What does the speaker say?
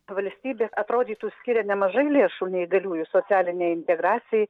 valstybė atrodytų skiria nemažai lėšų neįgaliųjų socialinei integracijai